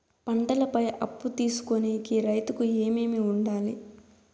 పంటల పై అప్పు తీసుకొనేకి రైతుకు ఏమేమి వుండాలి?